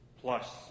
Plus